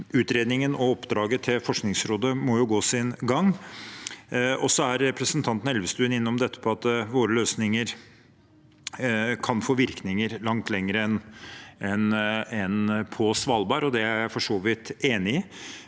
utredningen og oppdraget til Forskningsrådet må jo gå sin gang. Representanten Elvestuen er innom dette med at våre løsninger kan få virkninger langt utover Svalbard, og det er jeg for så vidt enig i.